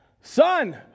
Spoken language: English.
son